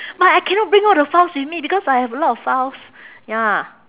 but I cannot bring all the files with me because I have a lot of files ya